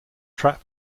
trap